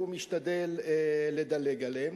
והוא משתדל לדלג עליהן.